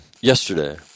yesterday